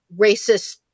racist